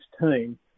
team